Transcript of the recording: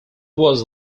was